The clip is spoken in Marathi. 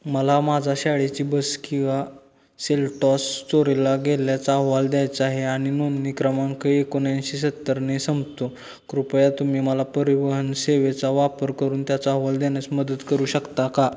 मला माझा शाळेची बस कीवा सेल्टॉस चोरीला गेल्याचा अहवाल द्यायचा आहे आणि नोंदणी क्रमांक एकोणऐंशी सत्तरने संपतो कृपया तुम्ही मला परिवहन सेवेचा वापर करून त्याचा अहवाल देण्यास मदत करू शकता का